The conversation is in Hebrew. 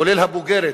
כולל הבוגרת,